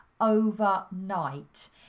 overnight